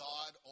God